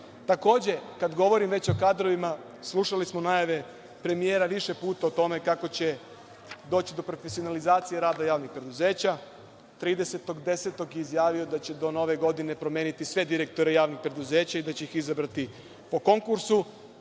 kada već govorimo o kadrovima, slušali smo najave premijera više puta o tome kako će doći do profesionalizacije rada javnih preduzeća, 30.10. je izjavio da će do nove godine promeniti sve direktore javnih preduzeća, da će ih izabrati po konkursu.